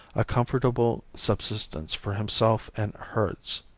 a comfortable subsistence for himself and herds.